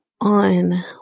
on